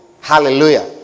Hallelujah